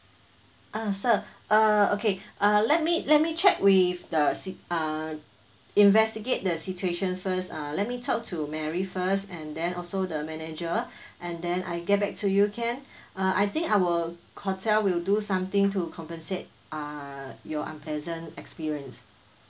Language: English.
ah sir uh okay uh let me let me check with the si~ uh investigate the situation first uh let me talk to mary first and then also the manager and then I get back to you can uh I think our hotel will do something to compensate uh your unpleasant experience